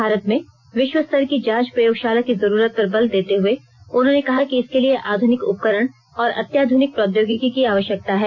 भारत में विश्व स्तर की जांच प्रयोगशाला की जरूरत पर बल देते हए उन्होंने कहा कि इसके लिए आधुनिक उपकरण और अत्याधुनिक प्रौद्योगिकी की आवश्यकता है